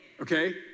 Okay